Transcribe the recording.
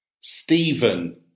Stephen